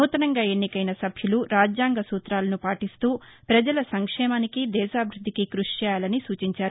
నూతనంగా ఎన్నికైన సభ్యులు రాజ్యాంగ సూతాలను పాటిస్తూ ప్రజల సంక్షేమానికి దేశ అభివృద్దికి కృషి చేయాలని సూచించారు